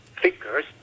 figures